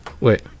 Wait